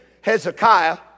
Hezekiah